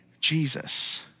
Jesus